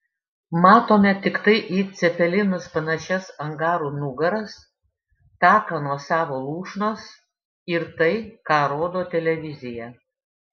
matome tiktai į cepelinus panašias angarų nugaras taką nuo savo lūšnos ir tai ką rodo televizija